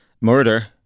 murder